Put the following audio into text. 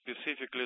specifically